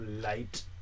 Light